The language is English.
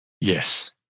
Yes